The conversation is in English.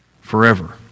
forever